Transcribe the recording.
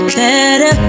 better